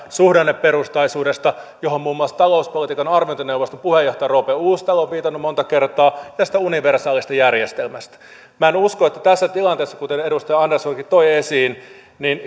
suhdanneperustaisuudesta johon muun muassa talouspolitiikan arviointineuvoston puheenjohtaja roope uusitalo on viitannut monta kertaa tästä universaalista järjestelmästä minä en usko että tässä tilanteessa kuten edustaja anderssonkin toi esiin